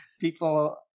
people